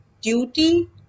duty